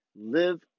Live